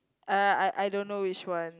uh I I don't know which one